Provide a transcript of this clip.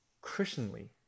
Christianly